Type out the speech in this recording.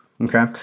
Okay